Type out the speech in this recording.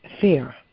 fear